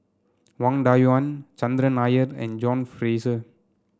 Wang Dayuan Chandran Nair and John Fraser